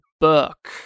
Burke